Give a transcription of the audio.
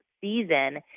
season